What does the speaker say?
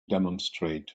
demonstrate